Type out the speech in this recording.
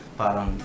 parang